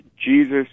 Jesus